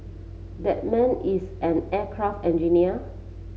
that man is an aircraft engineer